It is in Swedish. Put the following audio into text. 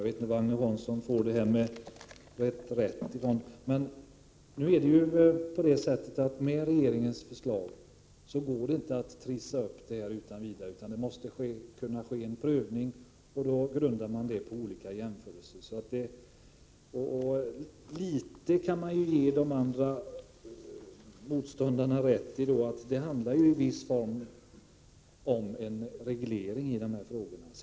Herr talman! Jag vet inte vad Agne Hansson får detta med reträtt ifrån. Med regeringens förslag går det inte att utan vidare trissa upp hyrorna, utan det måste ske en prövning som grundas på olika jämförelser. Jag kan ge motståndarna till förslaget rätt i så måtto att det handlar om en viss form av reglering av dessa frågor.